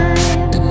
Time